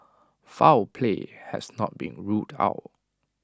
foul play has not been ruled out